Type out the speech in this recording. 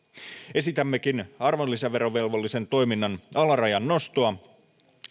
esitämmekin arvonlisäverovelvollisen toiminnan alarajan nostoa